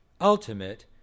ultimate